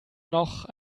noch